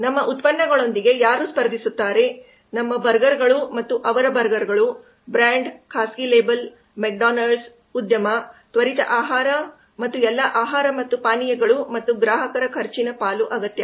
ನಮ್ಮ ಉತ್ಪನ್ನಗಳೊಂದಿಗೆ ಯಾರು ಸ್ಪರ್ಧಿಸುತ್ತಾರೆ ನಮ್ಮ ಬರ್ಗರ್ಗಳು ಮತ್ತು ಅವರ ಬರ್ಗರ್ಗಳು ಬ್ರಾಂಡ್ ಖಾಸಗಿ ಲೇಬಲ್ ಮೆಕ್ಡೊನಾಲ್ಡ್ಸ್ ಉದ್ಯಮ ತ್ವರಿತ ಆಹಾರ ಮತ್ತು ಎಲ್ಲಾ ಆಹಾರ ಮತ್ತು ಪಾನೀಯಗಳು ಮತ್ತು ಗ್ರಾಹಕ ಖರ್ಚಿನ ಪಾಲು ಅಗತ್ಯ